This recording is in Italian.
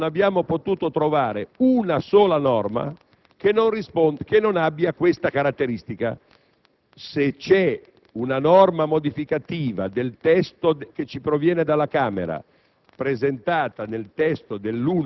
Nel corso della discussione non abbiamo potuto trovare una sola norma che non abbia questa caratteristica: se c'è una disposizione modificativa del testo che ci proviene dalla Camera